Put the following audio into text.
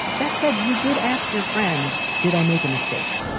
that said, you did ask your friend, did i make a mistake?